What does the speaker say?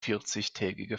vierzigtägige